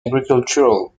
agricultural